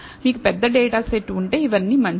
మీకు పెద్ద data set ఉంటే ఇవన్నీ మంచిది